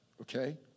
okay